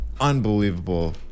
unbelievable